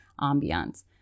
ambiance